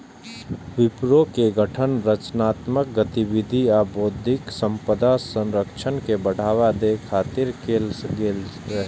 विपो के गठन रचनात्मक गतिविधि आ बौद्धिक संपदा संरक्षण के बढ़ावा दै खातिर कैल गेल रहै